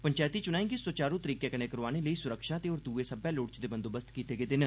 पंचैती च्नाएं गी सुचारू तरीके कन्नै करोआने लेई सुरक्षा ते होर दुए लोड़चदे बंदोबस्त कीते गेदे न